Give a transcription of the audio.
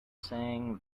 saying